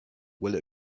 will